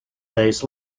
days